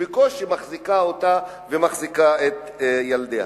שבקושי מחזיקה אותה ומחזיקה את ילדיה.